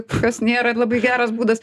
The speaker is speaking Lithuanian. kas nėra labai geras būdas